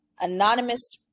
anonymous